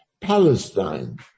Palestine